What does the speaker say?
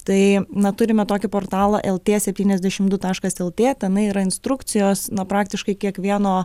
tai na turime tokį portalą lt septyniasdešimt du taškas lt tenai yra instrukcijos na praktiškai kiekvieno